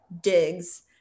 digs